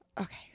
Okay